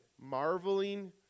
marveling